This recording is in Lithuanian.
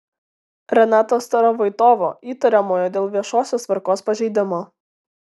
renato starovoitovo įtariamojo dėl viešosios tvarkos pažeidimo